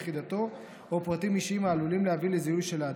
יחידתו או פרטים אישיים העלולים להביא לזיהוי של האדם.